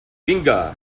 vinga